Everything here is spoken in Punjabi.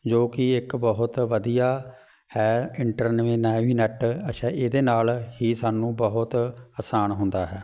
ਜੋ ਕਿ ਇੱਕ ਬਹੁਤ ਵਧੀਆ ਹੈ ਇੰਟਰਨਮੇ ਨੈ ਵੀ ਨੈਟ ਅੱਛਾ ਇਹਦੇ ਨਾਲ ਹੀ ਸਾਨੂੰ ਬਹੁਤ ਆਸਾਨ ਹੁੰਦਾ ਹੈ